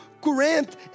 current